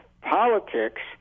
politics